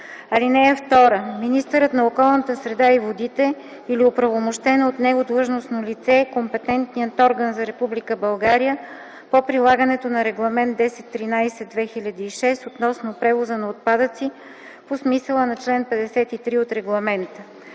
(2) Министърът на околната среда и водите или оправомощено от него длъжностно лице е компетентният орган за Република България по прилагането на Регламент 1013/2006 относно превоза на отпадъци по смисъла на чл. 53 от регламента.